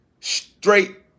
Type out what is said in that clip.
straight